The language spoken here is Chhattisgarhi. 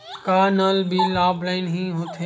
का नल बिल ऑफलाइन हि होथे?